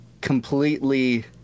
completely